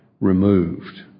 removed